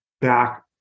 back